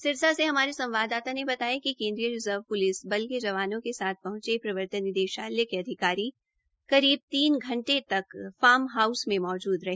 सिरसा से हमारे संवाददाता ने बताया कि केन्द्रीय रिज़र्व पुलिस बल के जवानों के साथ पहंचे प्रवर्तन निदेशालय के अधिकारी करीब तीन बजे तक फार्म हाउस में मौजूद रहे